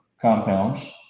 compounds